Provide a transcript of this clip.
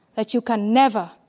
that you can never,